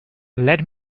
let